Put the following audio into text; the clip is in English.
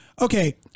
Okay